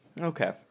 Okay